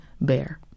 bear